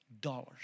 dollars